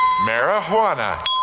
Marijuana